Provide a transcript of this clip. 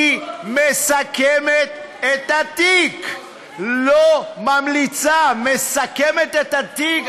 היא מסכמת את התיק, לא ממליצה, מסכמת את התיק.